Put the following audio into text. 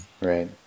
Right